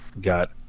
Got